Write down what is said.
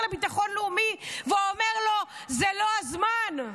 לביטחון לאומי ואומר לו: זה לא הזמן?